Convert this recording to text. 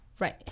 Right